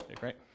right